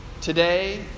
today